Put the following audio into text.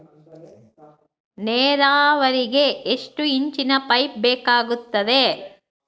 ನೇರಾವರಿಗೆ ಎಷ್ಟು ಇಂಚಿನ ಪೈಪ್ ಬೇಕಾಗುತ್ತದೆ?